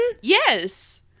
Yes